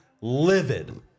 Livid